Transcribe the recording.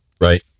Right